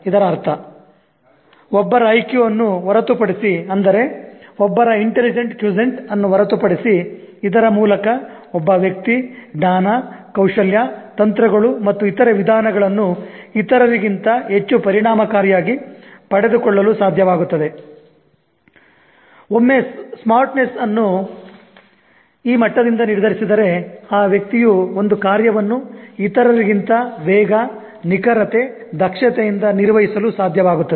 ಇದರ ಅರ್ಥ ಒಬ್ಬರ IQ ಅನ್ನು ಹೊರತುಪಡಿಸಿ ಅಂದರೆ ಒಬ್ಬರ ಇಂಟಲಿಜೆಂಟ್ ಕೋಷಂಟ್ ಅನ್ನು ಹೊರತುಪಡಿಸಿ ಇದರ ಮೂಲಕ ಒಬ್ಬ ವ್ಯಕ್ತಿ ಜ್ಞಾನ ಕೌಶಲ್ಯ ತಂತ್ರಗಳು ಮತ್ತು ಇತರೆ ವಿಧಾನಗಳನ್ನು ಇತರರಿಗಿಂತ ಹೆಚ್ಚು ಪರಿಣಾಮಕಾರಿಯಾಗಿ ಪಡೆದುಕೊಳ್ಳಲು ಸಾಧ್ಯವಾಗುತ್ತದೆ ಒಮ್ಮೆ ಸ್ಮಾರ್ಟ್ ನೆಸ್ ಅನ್ನು ಈ ಮಟ್ಟದಿಂದ ನಿರ್ಧರಿಸಿದರೆ ಆ ವ್ಯಕ್ತಿಯು ಒಂದು ಕಾರ್ಯವನ್ನು ಇತರರಿಗಿಂತ ವೇಗ ನಿಖರತೆ ದಕ್ಷತೆಯಿಂದ ನಿರ್ವಹಿಸಲು ಸಾಧ್ಯವಾಗುತ್ತದೆ